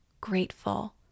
grateful